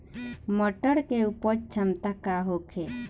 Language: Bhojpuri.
मटर के उपज क्षमता का होखे?